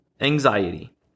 anxiety